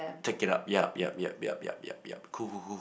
take it out yup yup yup yup yup yup yup cool cool cool cool